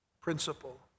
principle